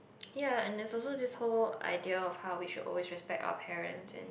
ya and there's also this whole idea of how we should always respect our parents and